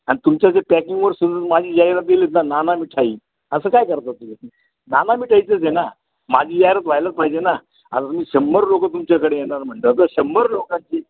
आणि तुमच्या जे पॅकिंगवर सुद्धा माझी जाहिरात दिलीत ना नाना मिठाई असं काय करता तुम्ही नाना मिठाईचंच आहे ना माझी जाहिरात व्हायलाच पाहिजे ना आता तुम्ही शंभर लोक तुमच्याकडे येणार म्हणता तर शंभर लोकांची